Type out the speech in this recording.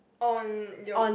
on your